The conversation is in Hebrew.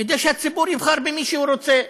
כדי שהציבור יבחר במי שהוא רוצה.